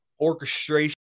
orchestration